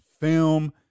film